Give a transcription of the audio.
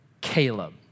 Caleb